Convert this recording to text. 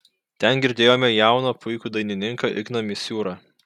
ten girdėjome jauną puikų dainininką igną misiūrą